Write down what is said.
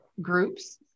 groups